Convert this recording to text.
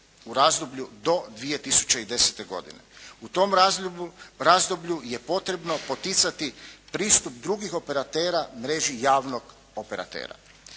razdoblju je potrebno poticati pristup drugih operatera mreži javnog operatera.